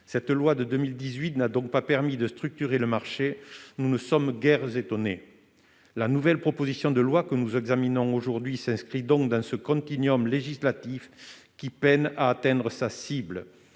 Cette loi de 2018 n'a donc pas permis de structurer le marché ; nous ne sommes guère étonnés ! La nouvelle proposition de loi que nous examinons aujourd'hui s'inscrit dans ce continuum législatif qui peine à atteindre sa cible.